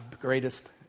greatest